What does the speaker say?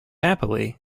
happily